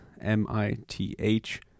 M-I-T-H